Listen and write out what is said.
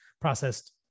processed